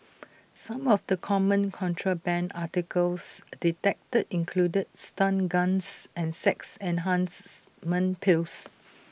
some of the common contraband articles detected included stun guns and sex enhancement pills